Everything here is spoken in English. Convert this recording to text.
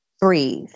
breathe